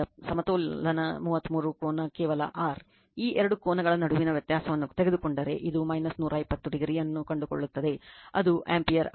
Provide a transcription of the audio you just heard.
ಕೋನ ಕೇವಲ r ಈ ಎರಡು ಕೋನಗಳ ನಡುವಿನ ವ್ಯತ್ಯಾಸವನ್ನು ತೆಗೆದುಕೊಂಡರೆ ಇದು 120o ಅನ್ನು ಕಂಡುಕೊಳ್ಳುತ್ತದೆ ಅದು ಆಂಪಿಯರ್ ಆಗಿದೆ